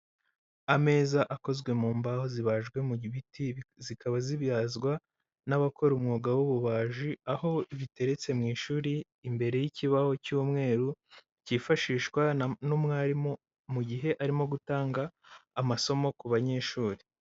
Ameza akozwe mu mbaho zibajwe mu biti, zikaba zibyazwa n'abakora umwuga w'ububaji, aho ziteretse mu ishuri imbere y'ikibaho cy'umweru cyifashishwa n'umwarimu mu gihe arimo gutanga amasomo ku banyeshuri.